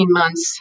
months